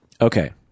okay